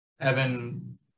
Evan